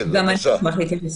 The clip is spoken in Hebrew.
גם אני אשמח להתייחס.